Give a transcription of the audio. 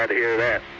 ah hear that.